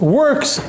works